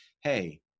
hey